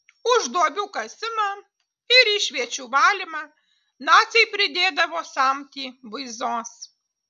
už duobių kasimą ir išviečių valymą naciai pridėdavo samtį buizos